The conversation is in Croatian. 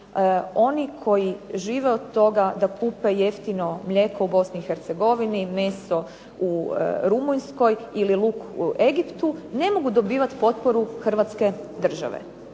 oni koji žive od toga da kupe jeftino mlijeko u BiH, meso u Rumunjskoj ili luk u Egiptu ne mogu dobivati potporu hrvatske države.